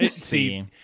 See